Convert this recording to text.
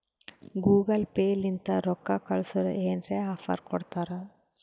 Google Pay ಲಿಂತ ರೊಕ್ಕಾ ಕಳ್ಸುರ್ ಏನ್ರೆ ಆಫರ್ ಕೊಡ್ತಾರ್